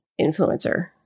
influencer